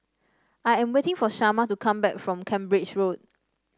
I am waiting for Shamar to come back from Cambridge Road